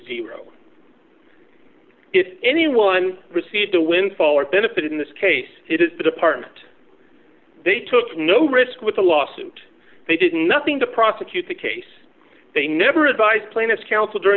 zero if anyone received a windfall or benefit in this case it is the department they took no risk with a lawsuit they didn't nothing to prosecute the case they never advised plaintiff counsel during